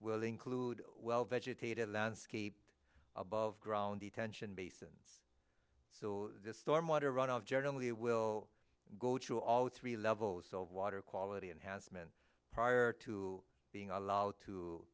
will include well vegetative landscape above ground detention basins so this storm water runoff generally will go to all three levels of water quality and has meant prior to being allowed